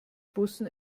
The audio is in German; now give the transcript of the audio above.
bussen